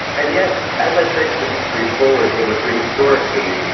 and yet as i traced the history forward for the three historic cities,